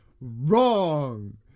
wrong